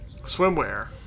swimwear